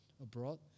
abroad